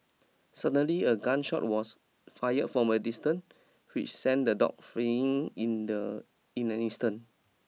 suddenly a gun shot was fired from a distant which sent the dog freeing in the in an instant